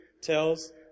tells